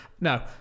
no